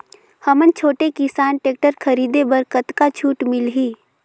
हमन छोटे किसान टेक्टर खरीदे बर कतका छूट मिलही?